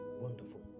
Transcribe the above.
Wonderful